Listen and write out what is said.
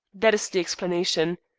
that is the explanation.